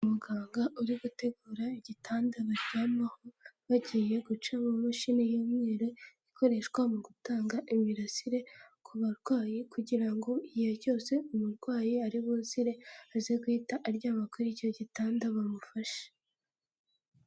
Muganga uri gutegura igitanda baryamaho, bagiye guca aba mashini yimyeru, ikoreshwa mu gutanga imirasire ku barwayi kugira ngo igihe cyose umurwayi ari buzire aze guhita aryama kuri icyo gitanda bamufashe.